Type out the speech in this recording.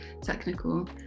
technical